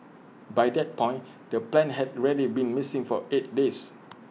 by that point the plane had ready been missing for eight days